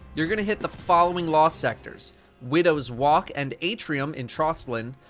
you're going to hit the following lost sectors widow's walk and atrium in trostland,